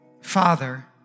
Father